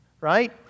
right